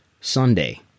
Sunday